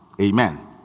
amen